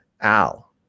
Al